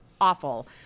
awful